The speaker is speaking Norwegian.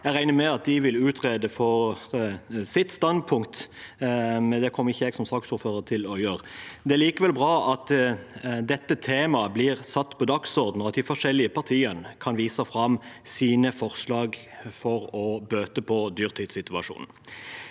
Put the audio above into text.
Jeg regner med at de vil utdype sitt standpunkt, det kommer ikke jeg som saksordfører til å gjøre. Det er likevel bra at dette temaet blir satt på dagsordenen, og at de forskjellige partiene kan vise fram sine forslag for å bøte på dyrtidsituasjonen.